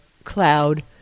cloud